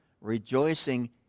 Rejoicing